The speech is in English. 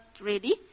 ready